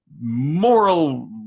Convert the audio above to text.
moral